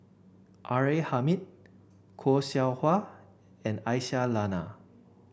R A Hamid Khoo Seow Hwa and Aisyah Lyana